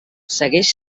segueix